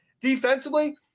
Defensively